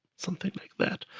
something like that.